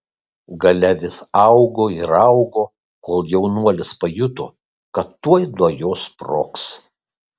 galia vis augo ir augo kol jaunuolis pajuto kad tuoj nuo jos sprogs